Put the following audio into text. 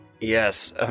Yes